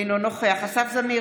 אינו נוכח אסף זמיר,